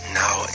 now